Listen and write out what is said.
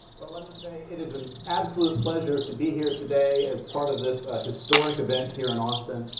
let me say it is an absolute pleasure to be here today as part of this historic event here in austin.